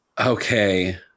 okay